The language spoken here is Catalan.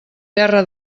terra